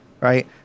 Right